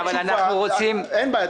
אבל אנחנו רוצים --- אין בעיה,